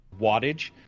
wattage